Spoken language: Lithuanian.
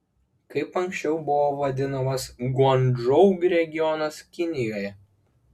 kaip anksčiau buvo vadinamas guangdžou regionas kinijoje